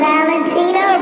Valentino